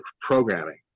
programming